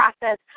process